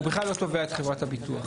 הוא בכלל לא תובע את חברת הביטוח.